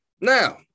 now